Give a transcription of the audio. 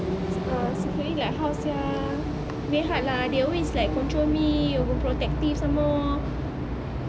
ah secretly like how sia very hard lah they always like control me over protective some more